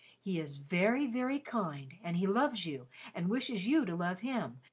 he is very, very kind, and he loves you and wishes you to love him,